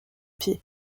pieds